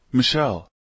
Michelle